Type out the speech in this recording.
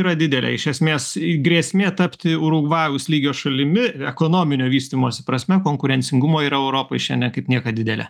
yra didelė iš esmės grėsmė tapti urugvajaus lygio šalimi ekonominio vystymosi prasme konkurencingumo yra europai šiandien kaip niekad didelė